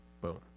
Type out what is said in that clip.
boom